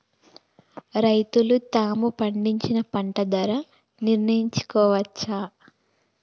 రైతులు తాము పండించిన పంట ధర నిర్ణయించుకోవచ్చా?